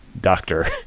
doctor